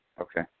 Okay